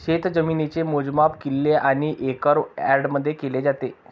शेतजमिनीचे मोजमाप किल्ले आणि एकर यार्डमध्ये केले जाते